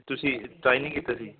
ਤੁਸੀਂ ਟਰਾਈ ਨਹੀਂ ਕੀਤਾ ਜੀ